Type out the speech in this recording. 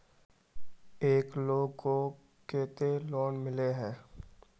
एक लोग को केते लोन मिले है?